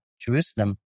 Jerusalem